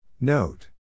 Note